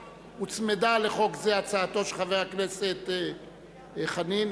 הוצמדה לחוק זה הצעתו של חבר הכנסת דב חנין.